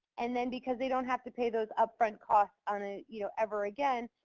and then because they don't have to pay those upfront costs on, ah you know, ever again,